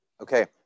Okay